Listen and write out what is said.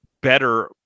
better